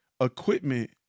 equipment